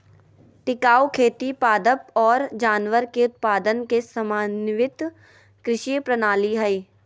टिकाऊ खेती पादप और जानवर के उत्पादन के समन्वित कृषि प्रणाली हइ